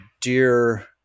dear